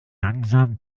langsam